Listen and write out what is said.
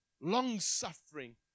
long-suffering